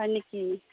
হয় নেকি